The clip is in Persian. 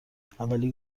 اولی